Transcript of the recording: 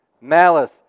Malice